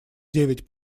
девять